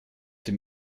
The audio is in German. dem